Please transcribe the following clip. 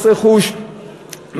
מס רכוש,